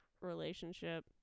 relationship